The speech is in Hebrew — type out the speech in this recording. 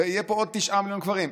ויהיו פה עוד תשעה מיליון קברים.